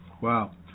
Wow